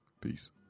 Peace